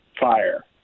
fire